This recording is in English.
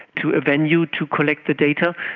to a venue to collect the data,